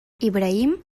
ibrahim